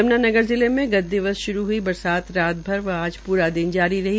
यमुनानगर जिले में गत दिवस शुरू हई बरसात रात भर व आज पूरा दिन जारी रही